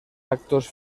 actos